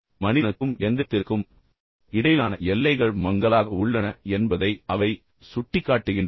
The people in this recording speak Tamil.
மனிதனுக்கும் இயந்திரத்திற்கும் இடையிலான எல்லைகள் மங்கலாக உள்ளன என்பதை அவை சுட்டிக்காட்டுகின்றன